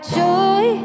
joy